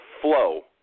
flow